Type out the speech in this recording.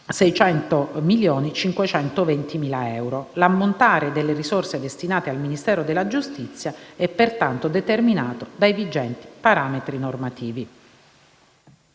600.520.000 euro. L'ammontare delle risorse destinate al Ministero della giustizia è pertanto determinato dai vigenti parametri normativi.